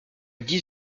dix